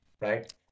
right